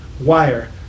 wire